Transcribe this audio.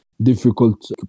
difficult